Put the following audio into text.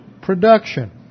production